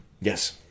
Yes